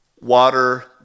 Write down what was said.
Water